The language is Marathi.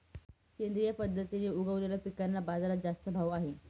सेंद्रिय पद्धतीने उगवलेल्या पिकांना बाजारात जास्त भाव आहे